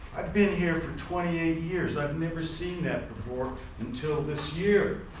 i've been here for twenty eight years. i've never seen that before until this year